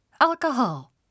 Alcohol